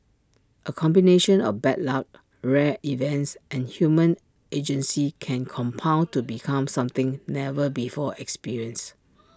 A combination of bad luck rare events and human agency can compound to become something never before experienced